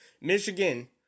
Michigan